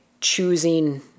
choosing